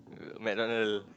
McDonald